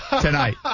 tonight